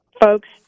folks